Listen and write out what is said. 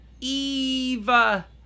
EVA